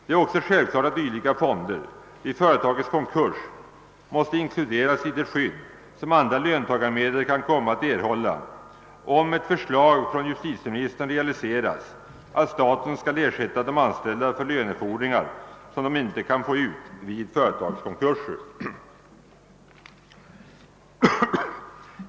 Det är också självklart att dylika fonder vid företagets konkurs måste inkluderas i det skydd som andra löntagarmedel kan komma att erhålla, om ett förslag från justitieministern realiseras, om staten skall ersätta de anställda för lönefordringar som de inte kan få ut vid företagskonkurser.